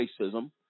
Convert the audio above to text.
racism